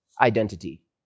identity